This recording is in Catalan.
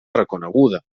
reconeguda